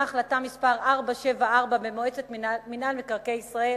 החלטה מס' 474 במועצת מינהל מקרקעי ישראל